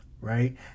right